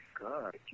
God